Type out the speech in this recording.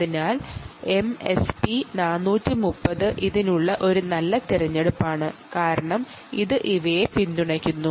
അതിനാൽ എംഎസ്പി 430 ഇതിനുള്ള ഒരു നല്ല ഓപ്ഷനാണ് കാരണം ഇത് ഇവയെ പിന്തുണയ്ക്കുന്നു